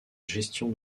gestion